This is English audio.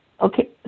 Okay